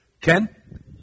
Ken